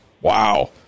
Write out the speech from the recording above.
wow